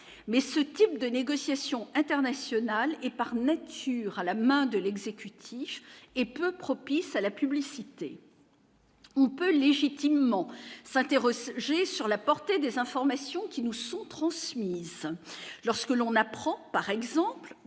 mais ce type de négociations internationales et par nature à la main de l'exécutif et peu propice à la publicité. Où peut légitimement s'interroger j'ai sur la portée des informations qui nous sont transmises lorsque l'on apprend, par exemple